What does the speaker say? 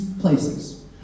places